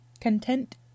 Content